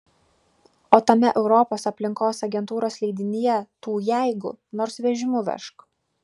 o tame europos aplinkos agentūros leidinyje tų jeigu nors vežimu vežk